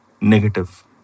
negative